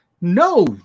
No